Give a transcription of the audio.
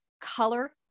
color